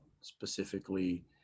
specifically